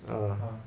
ah